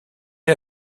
est